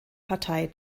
partei